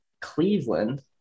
Cleveland